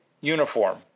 uniform